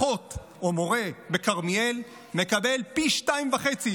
אח או מורה בכרמיאל מקבל פי שניים וחצי